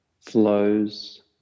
flows